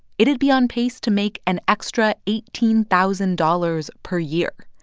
it would be on pace to make an extra eighteen thousand dollars per year.